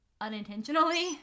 unintentionally